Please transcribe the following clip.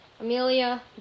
Amelia